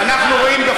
ולא